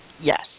Yes